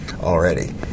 already